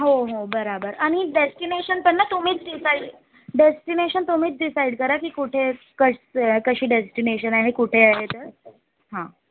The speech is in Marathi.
हो हो बरोबर आणि डेस्टिनेशन त्यांना तुम्हीच डिसाईड डेस्टिनेशन तुम्हीच डिसाईड करा की कुठे कसे कशी डेस्टिनेशन आहे आणि कुठे आहे तर हां